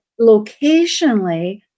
locationally